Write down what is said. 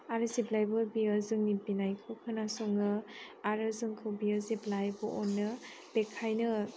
आरो जेब्लायबो बेयो जोंनि बिनायखौ खोनासङो आरो जोंखौ बियो जेब्लायबो अनो बेखायनो